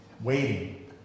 waiting